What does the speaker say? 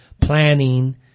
planning